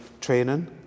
training